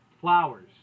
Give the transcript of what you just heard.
flowers